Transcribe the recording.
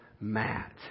Matt